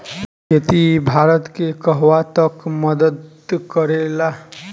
खेती भारत के कहवा तक मदत करे ला?